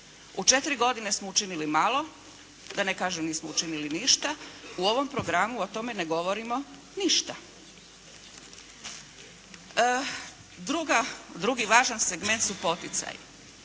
U četiri godine smo učini malo, da ne kažem nismo učinili ništa, u ovom programu o tome ne govorimo ništa. Drugi važan segment su poticaji.